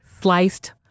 Sliced